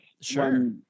Sure